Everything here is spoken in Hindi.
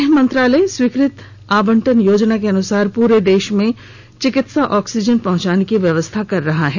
गृह मंत्रालय स्वीकृत आवंटन योजना के अनुसार पूरे देश में चिकित्सा ऑक्सीजन पहुंचाने की व्यवस्था कर रहा है